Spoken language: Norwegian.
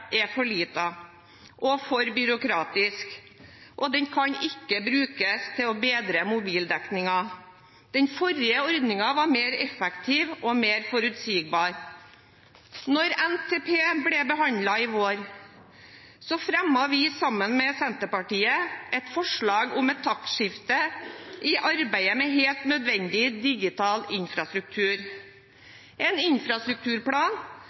er for liten og for byråkratisk, og den kan ikke brukes til å bedre mobildekningen. Den forrige ordningen var mer effektiv og mer forutsigbar. Da NTP ble behandlet i vår, fremmet vi sammen med Senterpartiet et forslag om et taktskifte i arbeidet med helt nødvendig digital infrastruktur, en infrastrukturplan